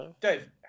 Dave